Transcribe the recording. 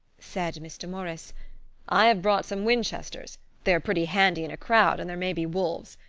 said mr. morris i have brought some winchesters they are pretty handy in a crowd, and there may be wolves.